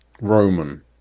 Roman